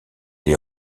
les